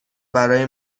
برای